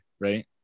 right